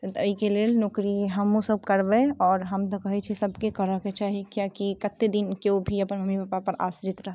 तऽ एहिके लेल नौकरी हमहुँ सभ करबै आओर हम तऽ कहै छी सभके करऽ के चाही किएकि कते दिन केओ भी अपन मम्मी पपा पर आश्रित रहतै